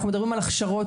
אנחנו מדברים על הכשרות,